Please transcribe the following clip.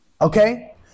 Okay